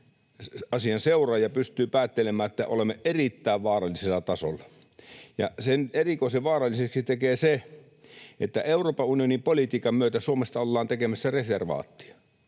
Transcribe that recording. asian seuraaja pystyy päättelemään, että olemme erittäin vaarallisella tasolla, ja sen tekee erikoisen vaaralliseksi se, että Euroopan unionin politiikan myötä Suomesta ollaan tekemässä reservaattia.